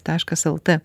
taškas lt